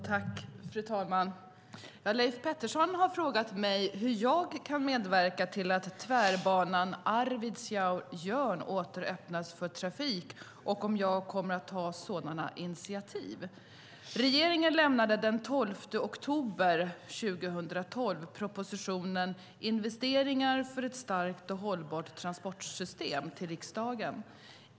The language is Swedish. Fru talman! Leif Pettersson har frågat mig hur jag kan medverka till att tvärbanan Arvidsjaur-Jörn åter öppnas för trafik och om jag kommer att ta sådana initiativ. Regeringen lämnade den 12 oktober 2012 propositionen Investeringar för ett starkt och hållbart transportsystem till riksdagen.